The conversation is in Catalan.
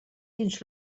dins